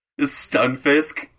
Stunfisk